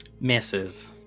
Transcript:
Misses